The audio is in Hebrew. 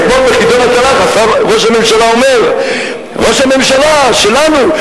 אתמול בחידון התנ"ך ראש הממשלה אומר ראש הממשלה שלנו,